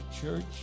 church